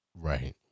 right